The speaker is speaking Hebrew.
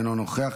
אינו נוכח.